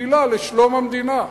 תפילה לשלום המדינה: